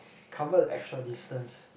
cover the extra distance